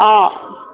অঁ